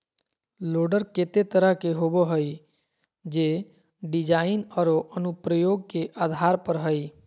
loader केते तरह के होबो हइ, जे डिज़ाइन औरो अनुप्रयोग के आधार पर हइ